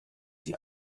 die